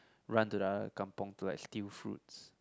run to the other kampung to like steal fruits